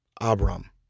Abram